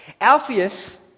Alpheus